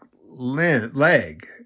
leg